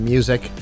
Music